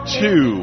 two